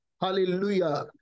Hallelujah